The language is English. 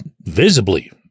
visibly